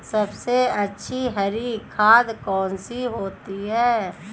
सबसे अच्छी हरी खाद कौन सी होती है?